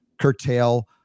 curtail